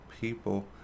people